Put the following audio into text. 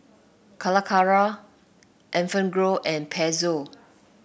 Calacara Enfagrow and Pezzo